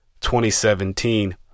2017